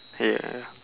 yeah